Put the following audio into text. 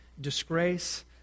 disgrace